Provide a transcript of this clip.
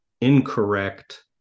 incorrect